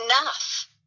enough